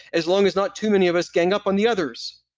as long as not too many of us gang up on the others?